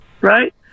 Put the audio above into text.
right